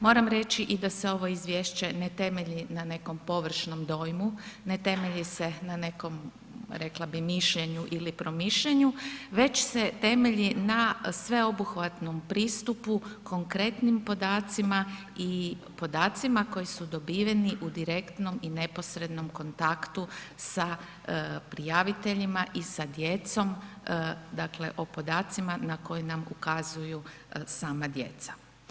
Moram reći i da se ovo izvješće ne temelji na nekom površnom dojmu, ne temelji se na nekom, rekla bih mišljenju ili promišljanju, već se temelji na sveobuhvatnom pristupu, konkretnim podacima i podacima koji su dobiveni u direktnom i neposrednom kontaktu sa prijaviteljima i sa djecom, dakle o podacima na koji nam ukazuju sama djeca.